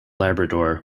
labrador